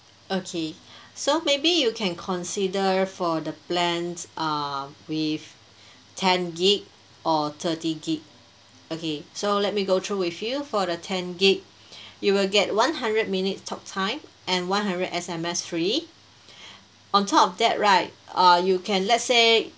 okay so maybe you can consider for the plan err with ten gig or thirty gig okay so let me go through with you for the ten gig you will get one hundred minutes talk time and one hundred S_M_S free on top of that right uh you can let's say